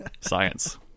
Science